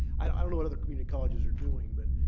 i don't know what other community colleges are doing, but